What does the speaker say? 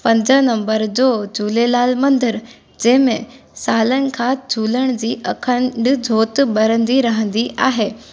पंज नंबर जो झूलेलाल मंदरु जंहिंमें सालनि खां झूलण जी अखंड ज्योत ॿरंदी रहंदी आहे